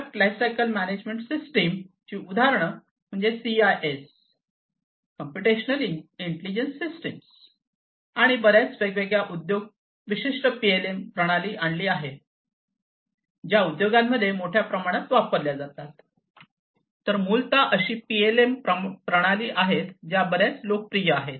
product lifecycle management system ची उदाहरणे म्हणजे सीआयएस कॉम्पुटेशनल इंटेलिजन्स सिस्टीम आणि इतर बर्याच वेगळ्या उद्योग विशिष्ट पीएलएम प्रणाली आहेत ज्या उद्योगांमध्ये मोठ्या प्रमाणात वापरल्या जातात तर मूलतः अशा पीएलएम प्रणाली आहेत ज्या बर्याच लोकप्रिय आहेत